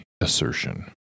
assertion